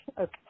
Okay